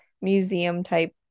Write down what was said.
museum-type